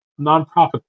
nonprofit